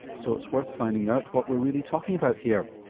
so it's worth finding out what we're really talking about here.